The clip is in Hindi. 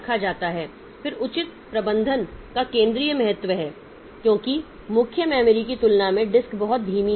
फिर उचित प्रबंधन का केंद्रीय महत्व है क्योंकि मुख्य मेमोरी की तुलना में डिस्क बहुत धीमी है